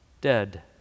dead